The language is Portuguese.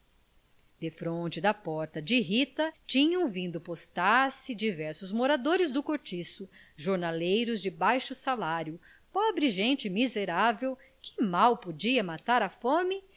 esfrie defronte da porta de rita tinham vindo postar-se diversos moradores do cortiço jornaleiros de baixo salário pobre gente miserável que mal podia matar a fome